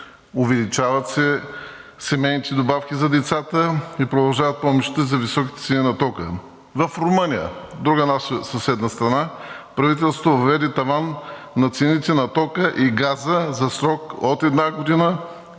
Увеличават се семейните добавки за децата и продължават помощите за високите цени на тока. В Румъния – друга съседна страна, правителството въведе таван на цените на тока и газа за срок от една година